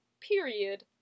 Period